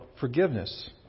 forgiveness